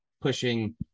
pushing